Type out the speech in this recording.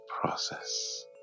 process